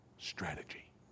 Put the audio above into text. Strategy